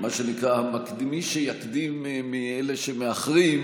מה שנקרא, מי שיקדים מאלה שמאחרים,